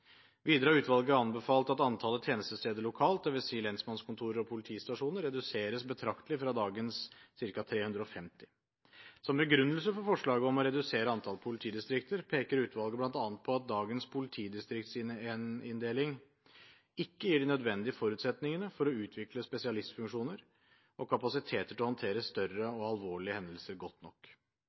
Videre har utvalget anbefalt at antallet tjenestesteder lokalt, dvs. lensmannskontorer og politistasjoner, reduseres betraktelig, fra dagens ca. 350 tjenestesteder. Som begrunnelse for forslaget om å redusere antallet politidistrikter, peker utvalget bl.a. på at dagens politidistriktsinndeling ikke gir de nødvendige forutsetningene for å utvikle spesialistfunksjoner og kapasiteter til å håndtere større og alvorlige hendelser godt nok.